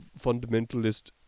fundamentalist